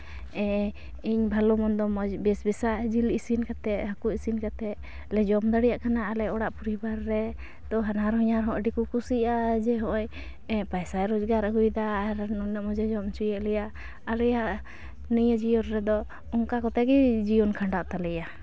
ᱤᱧ ᱵᱷᱟᱞᱚ ᱢᱚᱱᱫᱚ ᱵᱮᱥ ᱵᱮᱥᱟᱜ ᱡᱤᱞ ᱤᱥᱤᱱ ᱠᱟᱛᱮ ᱦᱟᱹᱠᱩ ᱤᱥᱤᱱ ᱠᱟᱛᱮ ᱞᱮ ᱡᱚᱢ ᱫᱟᱲᱮᱭᱟᱜ ᱠᱟᱱᱟ ᱟᱞᱮ ᱚᱲᱟᱜ ᱯᱚᱨᱤᱵᱟᱨ ᱨᱮ ᱛᱚ ᱦᱟᱱᱦᱟᱨ ᱦᱚᱧᱦᱟᱨ ᱦᱚᱸ ᱟᱹᱰᱤ ᱠᱚ ᱠᱩᱥᱤᱜᱼᱟ ᱦᱚᱜᱼᱚᱸᱭ ᱯᱟᱭᱥᱟᱭ ᱨᱳᱡᱽᱜᱟᱨ ᱟᱹᱜᱩᱭᱫᱟ ᱟᱨ ᱱᱩᱱᱟᱹᱜ ᱢᱚᱡᱮ ᱡᱚᱢ ᱦᱚᱪᱚᱭᱮᱫ ᱞᱮᱭᱟ ᱟᱞᱮ ᱭᱟᱜ ᱱᱤᱭᱟᱹ ᱡᱤᱭᱚᱱ ᱨᱮᱫᱚ ᱚᱱᱠᱟ ᱠᱚᱛᱮ ᱜᱮ ᱡᱤᱭᱚᱱ ᱠᱷᱟᱸᱰᱟᱣ ᱛᱟᱞᱮᱭᱟ